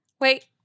wait